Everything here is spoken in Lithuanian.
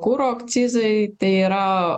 kuro akcizai tai yra